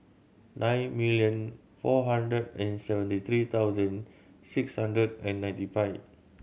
nine million four hundred and seventy three thousand six hundred and ninety five